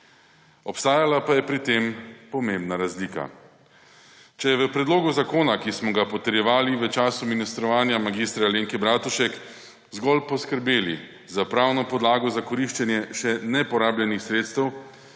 Obstajala pa je pri tem pomembna razlika. Če se je v predlogu zakona, ki smo ga potrjevali v času ministrovanja mag. Alenke Bratušek, zgolj poskrbelo za pravno podlago za koriščenje še neporabljenih sredstev,